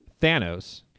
Thanos